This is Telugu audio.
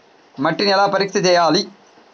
మట్టిని ఎలా పరీక్ష చేయాలి?